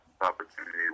Opportunity